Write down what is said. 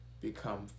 become